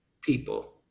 people